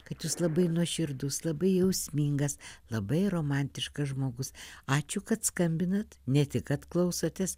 kad jūs labai nuoširdus labai jausmingas labai romantiškas žmogus ačiū kad skambinat ne tik kad klausotės